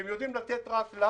כי הם יודעים לתת רק לה